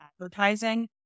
advertising